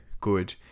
good